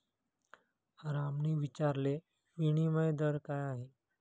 रामने विचारले, विनिमय दर काय आहे?